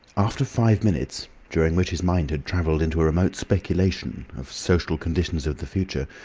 after five minutes, during which his mind had travelled into a remote speculation of social conditions of the future,